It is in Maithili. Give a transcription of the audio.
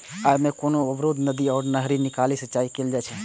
अय मे कोनो अवरुद्ध नदी सं नहरि निकालि सिंचाइ कैल जाइ छै